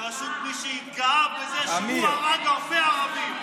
ממשלה בראשות מי שהתגאה בזה שהוא הרג הרבה ערבים?